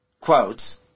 quotes